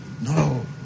No